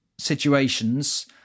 situations